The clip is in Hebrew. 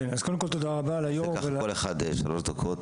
כל אחד שלוש דקות.